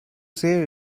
say